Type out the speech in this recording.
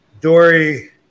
Dory